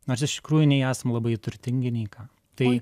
nors iš tikrųjų nei esam labai turtingi nei ką tai